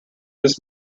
this